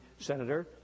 Senator